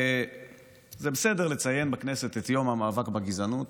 זה בסדר לציין בכנסת את יום המאבק בגזענות,